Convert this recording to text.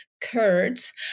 Kurds